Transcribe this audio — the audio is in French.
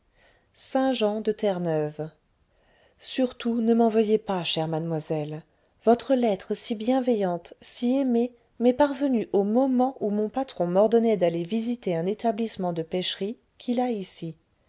saint-jean de terre-neuve surtout ne m'en veuillez pas chère mademoiselle votre lettre si bienveillante si aimée m'est parvenue au moment où mon patron m'ordonnait d'aller visiter un établissement de pêcherie qu'il à ici